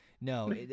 no